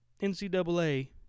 NCAA